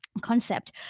concept